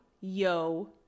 yo